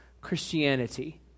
Christianity